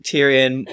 Tyrion